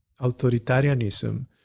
authoritarianism